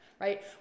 right